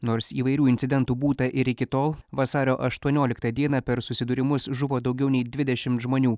nors įvairių incidentų būta ir iki tol vasario aštuonioliktą dieną per susidūrimus žuvo daugiau nei dvidešimt žmonių